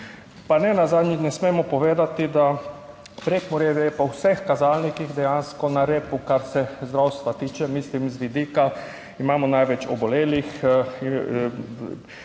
Pa nenazadnje ne smemo povedati, da Prekmurje je po vseh kazalnikih dejansko na repu, kar se zdravstva tiče, mislim, z vidika imamo največ obolelih,